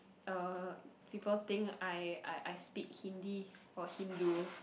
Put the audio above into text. uh people think I I I speak Hindi or Hindu